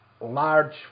large